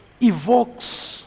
evokes